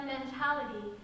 mentality